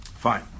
fine